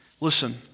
Listen